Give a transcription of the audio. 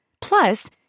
Plus